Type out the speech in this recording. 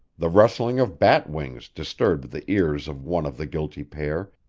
the rustling of bat wings disturbed the ears of one of the guilty pair,